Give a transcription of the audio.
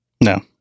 No